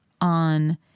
on